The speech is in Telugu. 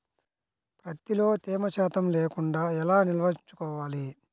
ప్రత్తిలో తేమ శాతం లేకుండా ఎలా నిల్వ ఉంచుకోవాలి?